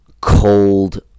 cold